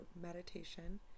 meditation